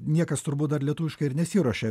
niekas turbūt dar lietuviškai ir nesiruošia